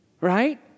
Right